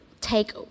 take